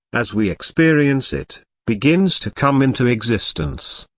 as we experience it, begins to come into existence.